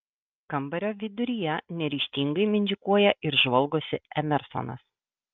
kambario viduryje neryžtingai mindžikuoja ir žvalgosi emersonas